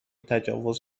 تجاوز